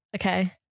Okay